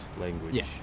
language